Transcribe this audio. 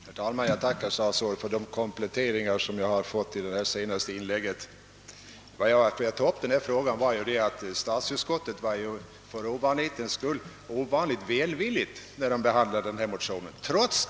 Herr talman! Jag tackar statsrådet för de kompletteringar han gjorde i sitt senaste inlägg. Orsaken till att jag tog upp denna fråga var att statsutskottet för ovanlighetens skull var så välvilligt, när utskottet behandlade den motion jag talat om.